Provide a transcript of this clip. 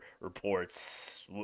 reports